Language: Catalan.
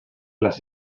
les